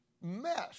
mess